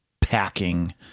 packing